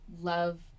love